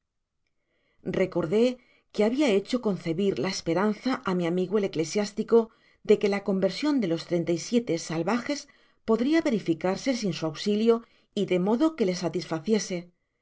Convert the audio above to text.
recordé que habia hecho concebir la esperanza á mi amigo el eclesiástico de qu-e la conversion de los treinta y siete salvajes podria verificarse sin su auxilio y de modo que le satisfaciese